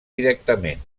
directament